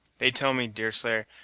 they tell me, deerslayer,